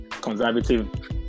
conservative